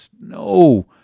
No